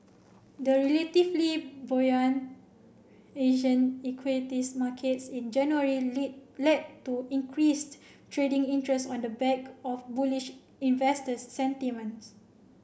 the relatively buoyant Asian equities markets in January lead led to increased trading interest on the back of bullish investors sentiments